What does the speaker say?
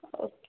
okay